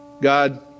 God